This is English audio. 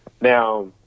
Now